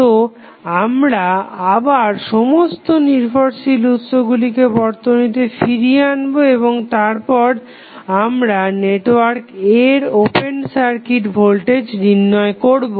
তো আমরা আবার সমস্ত নির্ভরশীল উৎসগুলিকে বর্তনীতে ফিরিয়ে আনবো এবং তারপর আমরা নেটওয়ার্ক A এর ওপেন সার্কিট ভোল্টেজ নির্ণয় করবো